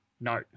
note